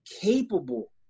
capable